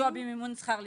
זה הסיוע במימון שכר לימוד.